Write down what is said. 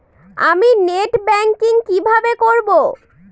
আমি net banking কিভাবে করব?